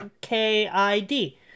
K-I-D